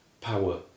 power